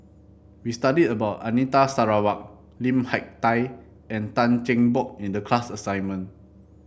we studied about Anita Sarawak Lim Hak Tai and Tan Cheng Bock in the class assignment